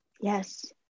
yes